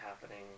happening